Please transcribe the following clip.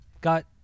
Got